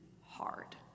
hard